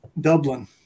Dublin